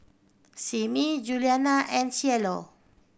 Simmie Juliana and Cielo